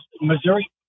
Missouri